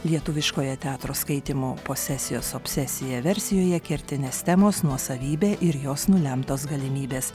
lietuviškoje teatro skaitymo posesijos obsesija versijoje kertinės temos nuosavybė ir jos nulemtos galimybės